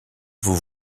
vous